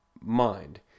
mind